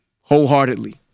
wholeheartedly